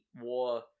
war